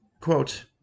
Quote